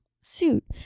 suit